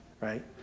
Right